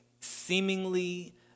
seemingly